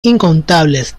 incontables